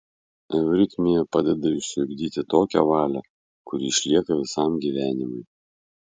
euritmija padeda išsiugdyti tokią valią kuri išlieka visam gyvenimui